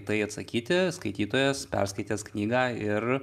tai atsakyti skaitytojas perskaitęs knygą ir